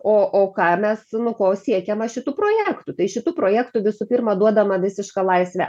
o o ką mes nu ko siekiama šitu projektu tai šitu projektu visų pirma duodama visiška laisvę